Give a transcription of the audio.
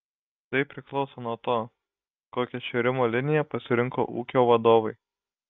tai priklauso nuo to kokią šėrimo liniją pasirinko ūkio vadovai